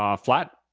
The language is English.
um flat?